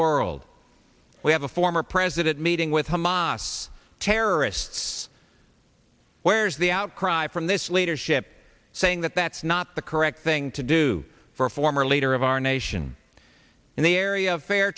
world we have a former president meeting with hamas terrorists where's the outcry from this leadership saying that that's not the correct thing to do for a former leader of our nation in the area of fair